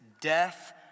death